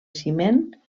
ciment